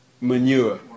Manure